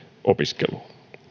opiskeluun